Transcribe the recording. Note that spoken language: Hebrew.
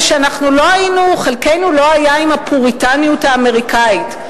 שחלקנו לא היה עם הפוריטניות האמריקנית,